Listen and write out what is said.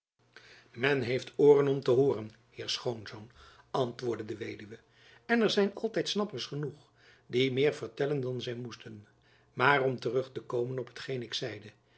men heeft ooren om te hooren heer schoonzoon antwoordde de weduwe en er zijn altijd snappers genoeg die meer vertellen dan zy moesten maar om terug te komen op hetgeen ik zeide